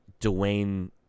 Dwayne